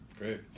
Great